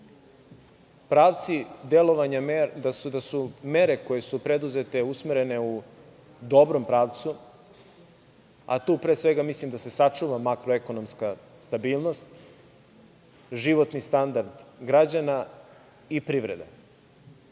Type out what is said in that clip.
na sebe. Mislim da su mere koje su preduzete usmerene u dobrom pravcu, a tu pre svega mislim da se sačuva makroekonomska stabilnost, životni standard građana i privreda.